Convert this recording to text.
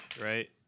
right